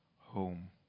home